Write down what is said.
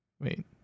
wait